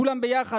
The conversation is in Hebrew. כולם ביחד,